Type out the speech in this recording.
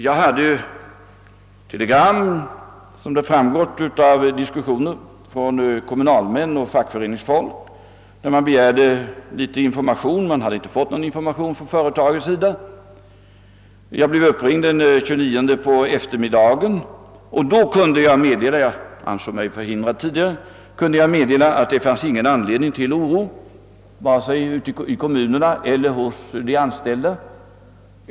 Som framgått av diskussionen hade jag fått telegram från kommunalmän och fackföreningsfolk där uppe, där man begärde information; man hade inte fått någon information från företagets sida. Jag blev uppringd den 29 på eftermiddagen och kunde då meddela — jag ansåg mig förhindrad tidigare — att det inte fanns någon anledning till oro vare sig ute i kommunerna eller bland de anställda.